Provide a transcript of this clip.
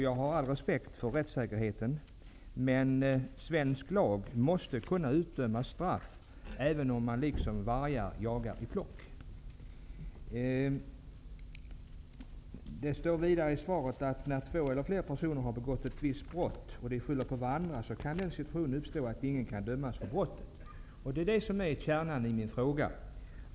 Jag har all respekt för rättssäkerheten, men man måste kunna utdöma straff efter svensk lag, även om ''vargar jagar i flock''. I svaret sägs det också: ''När två eller flera personer kan ha begått ett visst brott och de skyller på varandra kan alltså den situationen uppstå att ingen kan dömas för brottet'', vilket också var kärnan i min fråga.